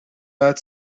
بعد